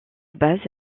base